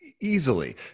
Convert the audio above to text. Easily